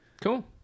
Cool